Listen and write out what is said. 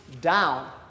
down